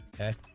Okay